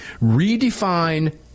redefine